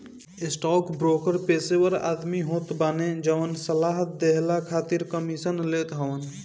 stockbroker पेशेवर आदमी होत बाने जवन सलाह देहला खातिर कमीशन लेत हवन